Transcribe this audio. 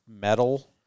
metal